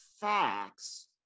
facts